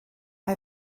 mae